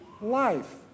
life